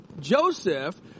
Joseph